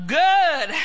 good